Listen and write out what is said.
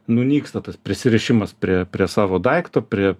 nunyksta tas prisirišimas prie prie savo daikto prie